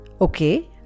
Okay